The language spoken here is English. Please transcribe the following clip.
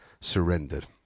surrendered